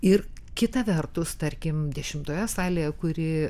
ir kita vertus tarkim dešimtoje salėje kuri